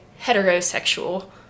heterosexual